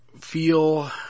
feel